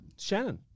Shannon